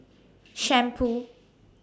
Shampoo